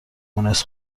مونس